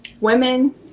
women